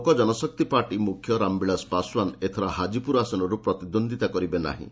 Lok Janshakti party ମୁଖ୍ୟ ରାମ ବିଳାସ ପାଶ୍ୱାନ ଏଥର ହାଜିପୁର ଆସନରୁ ପ୍ରତିଦ୍ୱନ୍ଦିତା କରିବେ ନାହିଁ